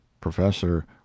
Professor